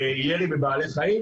ירי בבעלי חיים,